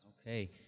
Okay